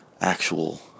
actual